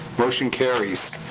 motion carries.